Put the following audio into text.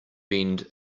bend